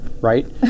right